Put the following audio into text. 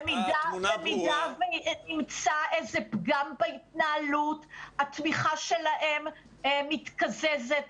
--- במידה ויימצא איזה פגם בהתנהלות התמיכה שלהם מתקזזת,